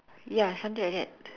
ya something like that